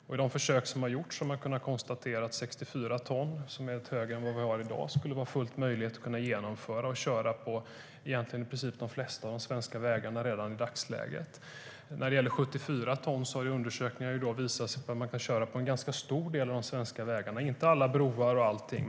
Efter de försök som har gjorts har man konstaterat att 64 ton skulle vara fullt möjligt att genomföra i dag. Då skulle man kunna köra på i princip de flesta av de svenska vägarna redan i dagsläget. När det gäller 74 ton har undersökningarna visat att man kan köra på en ganska stor del av de svenska vägarna, fast inte över alla broar.